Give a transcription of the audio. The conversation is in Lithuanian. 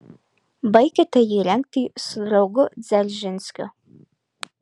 baikite jį rengti su draugu dzeržinskiu